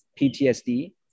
PTSD